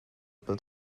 but